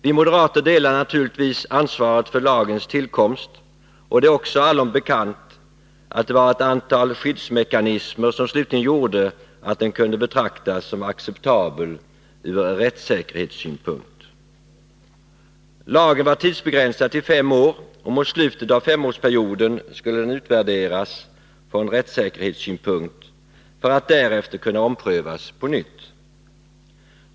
Vi moderater delar naturligtvis ansvaret för lagens tillkomst, och det är också allom bekant att det var ett antal skyddsmekanismer som slutligen gjorde att lagen kunde betraktas som acceptabel från rättssäkerhetssynpunkt. Lagen var tidsbegränsad till fem år, och mot slutet av femårsperioden skulle den utvärderas från rättssäkerhetssynpunkt för att därefter kunna omprövas på nytt.